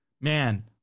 man